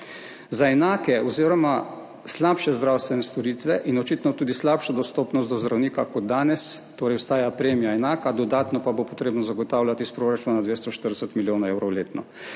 za enake oziroma slabše zdravstvene storitve in očitno tudi slabšo dostopnost do zdravnika kot danes torej ostaja premija enaka, dodatno pa bo potrebno zagotavljati iz proračuna 240 milijonov evrov letno.